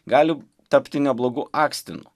gali tapti neblogu akstinu